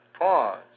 pause